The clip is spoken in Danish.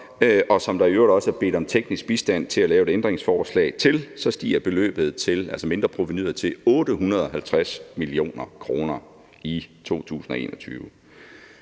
og som der i øvrigt også er bedt om teknisk bistand til at lave et ændringsforslag til, så stiger beløbet, altså mindreprovenuet,